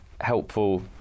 helpful